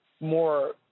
more